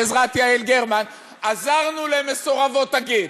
בעזרת יעל גרמן: עזרנו למסורבות הגט,